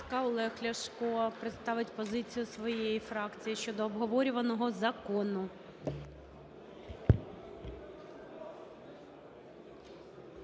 Олег Ляшко представить позицію своєї фракції щодо обговорюваного закону.